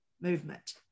movement